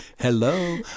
Hello